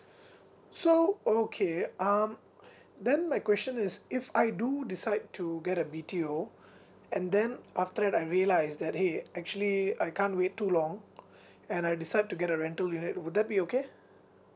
so okay um then my question is if I do decide to get a B_T_O and then after that I realise that !hey! actually I can't wait too long and I decide to get a rental unit will that be okay